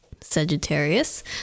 Sagittarius